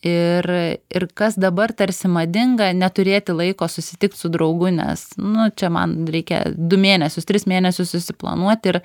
ir ir kas dabar tarsi madinga neturėti laiko susitikt su draugu nes nu čia man reikia du mėnesius tris mėnesius susiplanuot ir